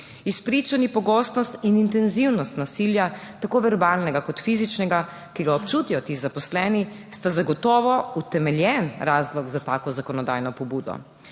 Izpričani pogostost in intenzivnost nasilja tako verbalnega kot fizičnega, ki ga občutijo ti zaposleni, sta zagotovo utemeljen razlog za tako zakonodajno pobudo.